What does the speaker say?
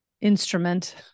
instrument